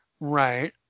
right